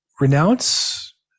renounce